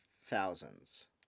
thousands